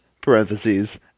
parentheses